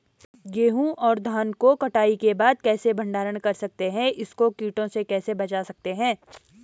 गेहूँ और धान को कटाई के बाद कैसे भंडारण कर सकते हैं इसको कीटों से कैसे बचा सकते हैं?